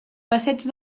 passeig